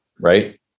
Right